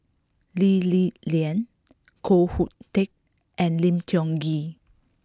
Lee Li Lian Koh Hoon Teck and Lim Tiong Ghee